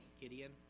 Gideon